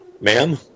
Ma'am